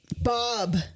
Bob